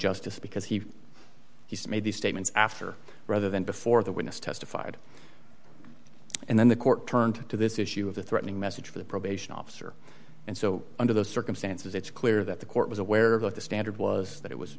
justice because he he's made these statements after rather than before the witness testified and then the court turned to this issue of the threatening message for the probation officer and so under those circumstances it's clear that the court was aware of what the standard was that it was